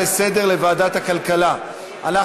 להצעה לסדר-היום ולהעביר את הנושא לוועדת הכלכלה נתקבלה.